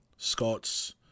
Scots